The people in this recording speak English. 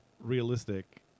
realistic